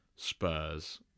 Spurs